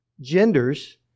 Genders